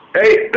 Hey